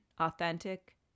authentic